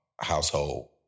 household